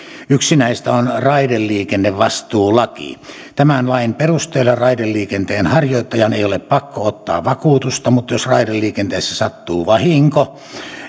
yksi näistä on raideliikennevastuulaki tämän lain perusteella raideliikenteenharjoittajan ei ole pakko ottaa vakuutusta mutta jos raideliikenteessä sattuu vahinko